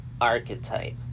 archetype